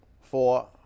four